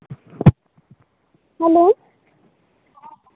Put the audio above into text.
hello